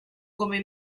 come